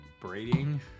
Braiding